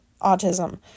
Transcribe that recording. autism